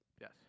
Yes